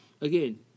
again